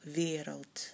wereld